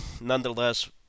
nonetheless